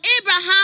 Abraham